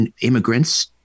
immigrants